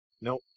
Nope